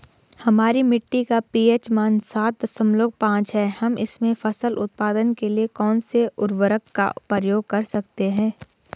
हमारी मिट्टी का पी.एच मान सात दशमलव पांच है हम इसमें फसल उत्पादन के लिए कौन से उर्वरक का प्रयोग कर सकते हैं?